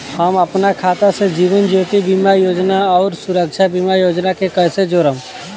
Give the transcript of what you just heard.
हम अपना खाता से जीवन ज्योति बीमा योजना आउर सुरक्षा बीमा योजना के कैसे जोड़म?